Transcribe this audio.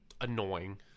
annoying